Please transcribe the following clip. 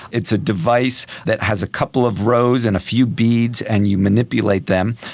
it's a device that has a couple of rows and a few beads and you manipulate them,